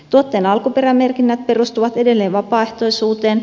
tuotteen alkuperämerkinnät perustuvat edelleen vapaaehtoisuuteen